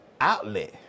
outlet